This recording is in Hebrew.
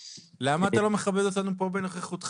למה אתה לא מכבד אותנו פה בנוכחותך?